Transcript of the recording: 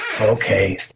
Okay